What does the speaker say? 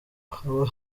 haba